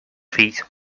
fills